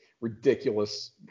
ridiculous